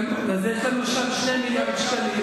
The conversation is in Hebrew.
יפה מאוד, אז יש לנו עכשיו 2 מיליארדי שקלים.